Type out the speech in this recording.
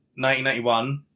1991